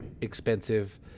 expensive